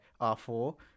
r4